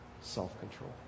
self-control